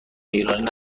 ایرانی